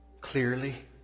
clearly